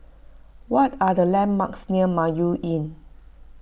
what are the landmarks near Mayo Inn